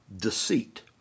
deceit